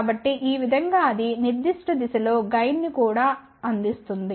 కాబట్టి ఈ విధంగా అది నిర్దిష్ట దిశలో గెయిన్ ను కూడా అందిస్తుంది